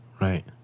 right